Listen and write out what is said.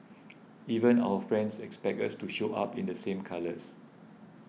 even our friends expect us to show up in the same colours